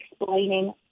explaining